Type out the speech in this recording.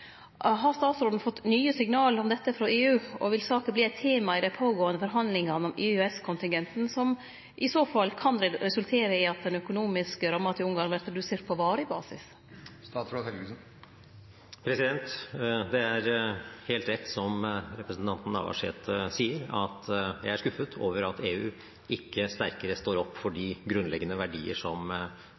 Har statsråden fått nye signal om dette frå EU, og vil saka verte eit tema i dei pågåande forhandlingane om EØS-kontingenten, som i så fall kan resultere i at den økonomiske ramma til Ungarn vert redusert på varig basis? Det er helt rett, som representanten Navarsete sier, at jeg er skuffet over at EU ikke sterkere står opp for de grunnleggende verdiene som